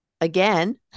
again